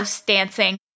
dancing